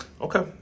Okay